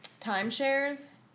timeshares